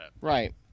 Right